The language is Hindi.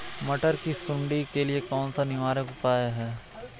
मटर की सुंडी के लिए कौन सा निवारक उपाय है?